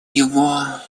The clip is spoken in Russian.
его